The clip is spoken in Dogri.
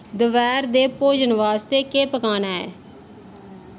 दपैह्र दे भोजन वास्ते केह् पकाना ऐ